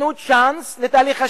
ותנו צ'אנס לתהליך השלום.